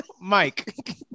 Mike